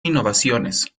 innovaciones